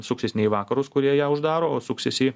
suksis ne į vakarus kurie ją uždaro o suksis į